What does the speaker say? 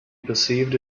perceived